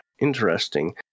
Interesting